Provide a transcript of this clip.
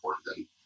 important